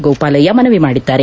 ಗೋಪಾಲಯ್ಲ ಮನವಿ ಮಾಡಿದ್ದಾರೆ